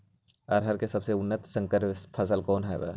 अरहर के सबसे उन्नत संकर फसल कौन हव?